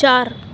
چار